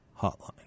hotline